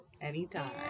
Anytime